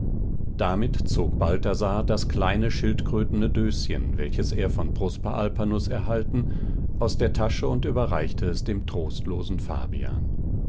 damit zog balthasar das kleine schildkrötene döschen welches er von prosper alpanus erhalten aus der tasche und überreichte es dem trostlosen fabian